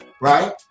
right